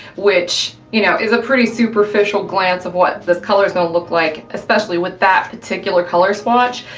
which, you know, it's a pretty superficial glance of what this color's gonna look like, especially with that particular color swatch,